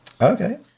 okay